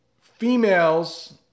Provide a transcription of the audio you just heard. females